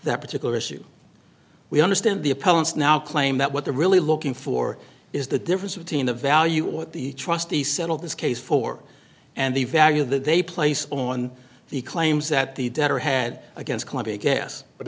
that particular issue we understand the appellant's now claim that what they're really looking for is the difference between the value of what the trustee settle this case for and the value that they place on the claims that the debtor had against columbia gas but